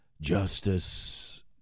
Justice